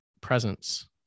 presence